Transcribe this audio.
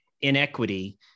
inequity